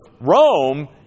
Rome